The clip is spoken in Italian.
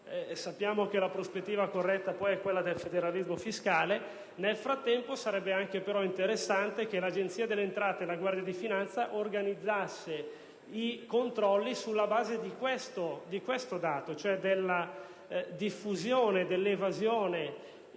sappiamo che la prospettiva corretta è quella del federalismo fiscale. Nel frattempo sarebbe anche opportuno che l'Agenzia delle entrate e la Guardia di finanza organizzassero i controlli sulla base di tale dato, cioè della diffusione dell'evasione